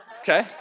Okay